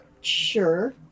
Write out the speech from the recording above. Sure